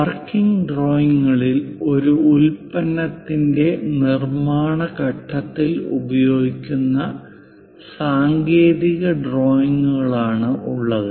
working ഡ്രോയിംഗുകളിൽ ഒരു ഉൽപ്പന്നത്തിന്റെ നിർമ്മാണ ഘട്ടത്തിൽ ഉപയോഗിക്കുന്ന സാങ്കേതിക ഡ്രോയിംഗുകളാണ് ഉള്ളത്